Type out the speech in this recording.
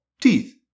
teeth